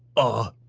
ah.